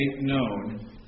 known